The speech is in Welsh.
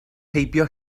heibio